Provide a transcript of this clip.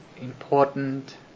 important